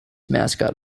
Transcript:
mascot